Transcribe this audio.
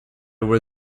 were